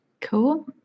Cool